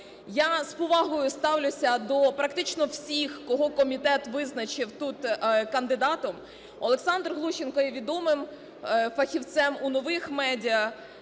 Я з повагою ставлюся до практично всіх, кого комітет визначив тут кандидатом. Олександр Глущенко є відомим фахівцем у нових медіа.